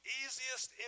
easiest